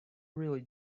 really